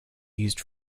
used